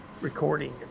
Recording